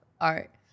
art